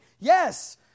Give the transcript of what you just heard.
yes